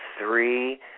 three